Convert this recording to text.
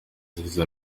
zigize